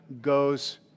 goes